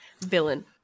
Villain